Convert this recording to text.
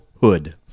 Hood